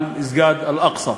על מסגד אל-אקצא.